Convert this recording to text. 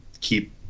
keep